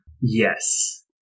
yes